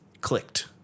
clicked